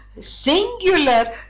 singular